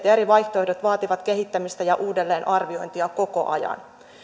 ja eri vaihtoehdot vaativat kehittämistä ja uudelleenarviointia koko ajan